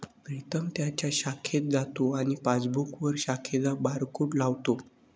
प्रीतम त्याच्या शाखेत जातो आणि पासबुकवर शाखेचा बारकोड लावतो